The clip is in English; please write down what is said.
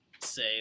say